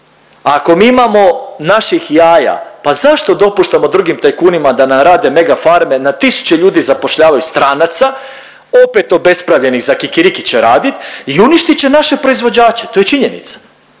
ako mi imamo naših jaja pa zašto dopuštamo drugim tajkunima da nam rade mega farme, na tisuće ljudi zapošljavaju stranaca opet obespravljenih za kikiriki će radit i uništit će naše proizvođače. To je činjenica.